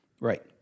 Right